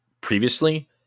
previously